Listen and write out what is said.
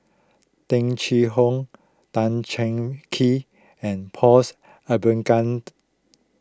Tung Chye Hong Tan Cheng Kee and Pauls